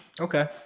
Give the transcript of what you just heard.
Okay